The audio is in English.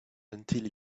until